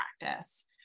practice